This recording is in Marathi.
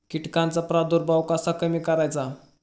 कीटकांचा प्रादुर्भाव कसा कमी करायचा?